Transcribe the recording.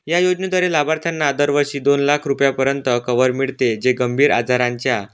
या योजनेद्वारे लाभार्थ्यांना दरवर्षी दोन लाख रुपयापर्यंत कवर मिळते जे गंभीर आजारांच्या